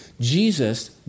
Jesus